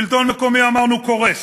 שלטון מקומי, אמרנו, קורס,